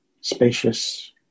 spacious